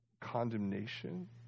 condemnation